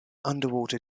underwater